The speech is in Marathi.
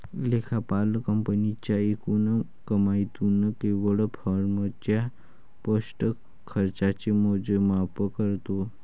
लेखापाल कंपनीच्या एकूण कमाईतून केवळ फर्मच्या स्पष्ट खर्चाचे मोजमाप करतो